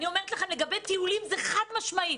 לגבי טיולים זה חד-משמעית,